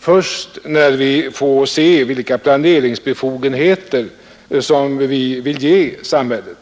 först när vi får se vilka planeringsbefogenheter som man vill ge samhället.